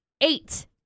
eight